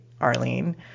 Arlene